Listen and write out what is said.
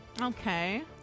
Okay